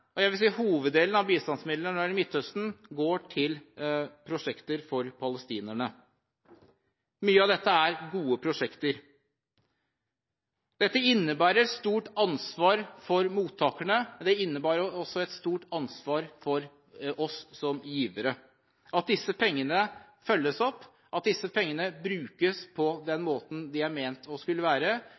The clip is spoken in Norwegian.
bistandsmidlene, jeg vil si hoveddelen av bistandsmidlene når det gjelder Midtøsten, går til prosjekter for palestinerne. Mye av dette er gode prosjekter. Dette innebærer stort ansvar for mottakerne, men det innebærer også et stort ansvar for oss som givere at disse pengene følges opp og brukes på den måten de er ment å skulle brukes. Fremskrittspartiet har